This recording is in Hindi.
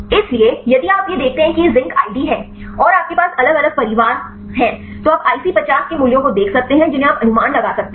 इसलिए यदि आप देखते हैं कि यह जिंक आईडी है और आपके पास अलग अलग परिवार हैं तो आप IC50 के मूल्यों को देख सकते हैं जिन्हें आप अनुमान लगा सकते हैं